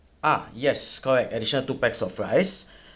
ah yes correct additional two pax of rice